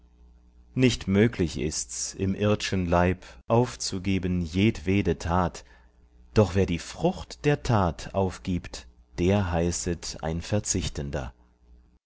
nicht möglich ists im ird'schen leib aufzugeben jedwede tat doch wer die frucht der tat aufgibt der heißet ein verzichtender